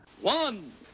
One